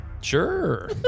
Sure